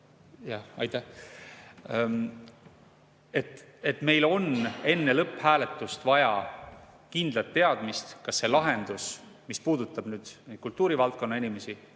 Aitäh! Meil on enne lõpphääletust vaja kindlat teadmist, kas see lahendus, mis puudutab kultuurivaldkonna inimesi,